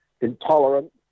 intolerant